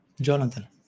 Jonathan